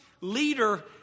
leader